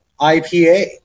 IPA